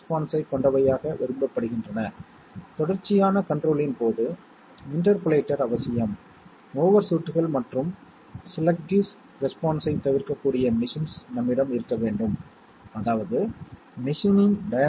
கேள்வி என்னவென்றால் குளிரூட்டியைப் பயன்படுத்த வேண்டும் எனில் S 1 என்ற அவுட்புட் சிக்னலை அனுப்பும் ஒரு சர்க்யூட்டை உருவாக்க வேண்டும் இல்லையெனில் 0